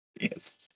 Yes